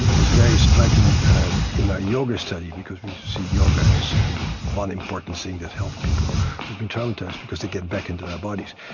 was very striking in our yoga study because we see yoga as one important thing that helps people who've been traumatized because they get back into their bodies.